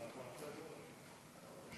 חמש דקות,